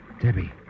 Debbie